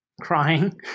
Crying